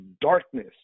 darkness